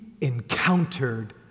encountered